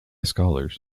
scholars